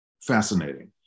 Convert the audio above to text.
fascinating